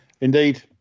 Indeed